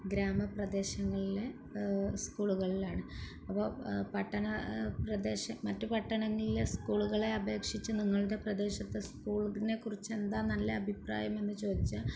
ഗ്രാമപ്രദേശങ്ങളിലെ സ്കൂളുകളിലാണ് അപ്പോള് പട്ടണ പ്രദേശ മറ്റു പട്ടണങ്ങളിലെ സ്കൂളുകളെ അപേക്ഷിച്ച് നിങ്ങളുടെ പ്രദേശത്തെ സ്കൂളിനെക്കുറിച്ച് എന്താണ് നല്ല അഭിപ്രായം എന്ന് ചോദിച്ചാല്